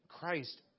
Christ